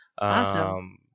Awesome